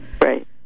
Right